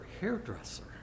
hairdresser